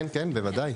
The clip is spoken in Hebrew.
כן, כן, בוודאי.